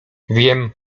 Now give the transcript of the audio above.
wiem